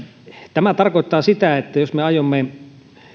tämä tarkoittaa sitä että jos me aiomme